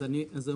אז אני אומר,